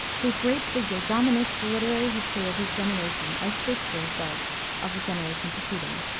whose great figure dominates the literary history of his generation, as shakspere's does of the generation preceding.